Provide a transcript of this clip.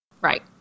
Right